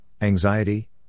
anxiety